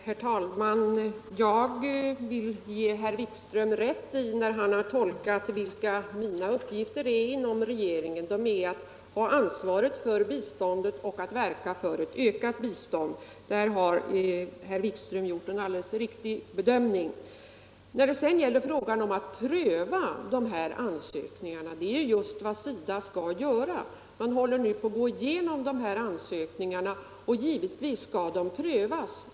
Herr talman! Jag vill ge herr Wikström rätt i att mina uppgifter inom regeringen är att ha ansvaret för biståndet och att verka för ett ökat bistånd. Här har herr Wikström gjort en alldeles riktig bedömning. Att pröva dessa ansökningar är just vad SIDA skall göra. Man håller nu på att gå igenom alla ansökningar, och givetvis skall de prövas.